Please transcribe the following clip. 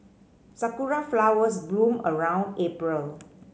sakura flowers bloom around April